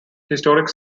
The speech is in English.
historic